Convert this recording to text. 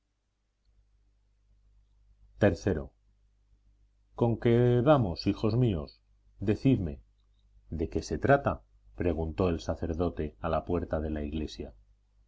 historia iii conque vamos hijos míos decidme de qué se trata preguntó el sacerdote a la puerta de la iglesia